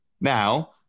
Now